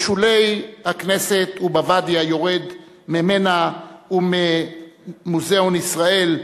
בשולי הכנסת ובוואדי היורד ממנה וממוזיאון ישראל,